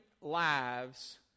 lives